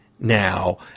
now